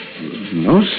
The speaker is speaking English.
No